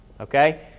Okay